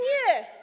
Nie.